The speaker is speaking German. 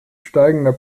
steigender